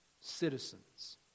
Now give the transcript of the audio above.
citizens